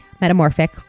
Metamorphic